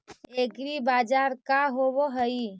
एग्रीबाजार का होव हइ?